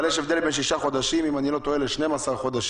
אבל יש הבדל בין שישה חודשים ל-10 חודשים,